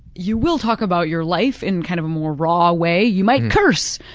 you will talk about your life in kind of a more raw way. you might curse,